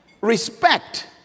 respect